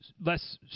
less